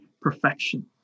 perfection